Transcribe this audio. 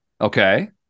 Okay